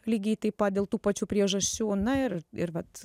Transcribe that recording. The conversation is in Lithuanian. lygiai taip pat dėl tų pačių priežasčių na ir ir vat